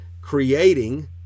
creating